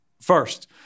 First